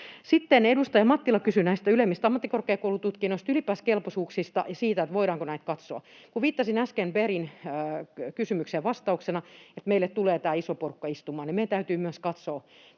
edustaja Mattila kysyi näistä ylemmistä ammattikorkeakoulututkinnoista, ylipäänsä kelpoisuuksista ja siitä, voidaanko näitä katsoa. Kun viittasin äsken Bergin kysymykseen vastauksena, että meille tulee tämä iso porukka istumaan, niin meidän täytyy myös katsoa